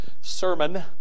sermon